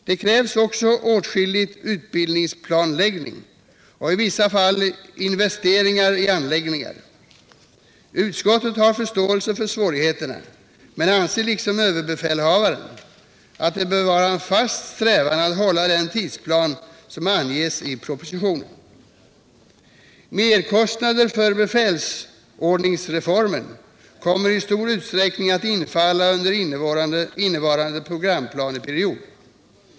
Det krävs också åtskillig utbildningsplanläggning och i vissa fall investeringar i anläggningar. Utskottet har förståelse för svårigheterna, men anser liksom överbefälhavaren att det bör vara en fast strävan att hålla den tidsplan som anges i propositionen. Merkostnader för befälsordningsreformen kommer i stor utsträckning att infalla under innevarande programplaneperiod.